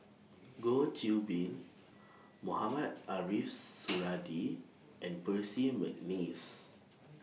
Goh Qiu Bin Mohamed Ariff Suradi and Percy Mcneice